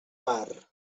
mar